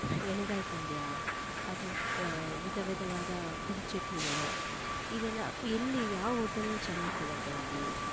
ಎಣ್ಣೆಗಾಯಿ ಪಲ್ಯ ಅದು ವಿಧ ವಿಧವಾದ ಪುಡಿಚಟ್ನಿಗಳು ಇದೆಲ್ಲ ಎಲ್ಲಿ ಯಾವ ಹೋಟೆಲ್ನಲ್ಲಿ ಚೆನ್ನಾಗಿ ಸಿಗತ್ತೆ ಅಲ್ಲಿ